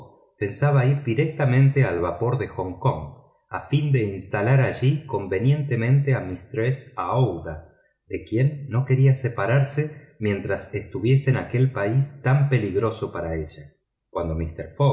pensaba ir directamente al vapor de hong kong a fin de instalar allí convenientemente a mistress aouida de quien no quería separarse mientras estuviese en aquel país tan peligroso para ella cuando mister